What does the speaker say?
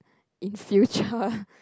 in future